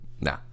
Nah